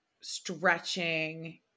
stretching